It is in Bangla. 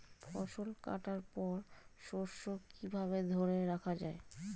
ফসল কাটার পর শস্য কিভাবে ধরে রাখা য়ায়?